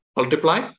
Multiply